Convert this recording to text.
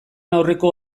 aurreko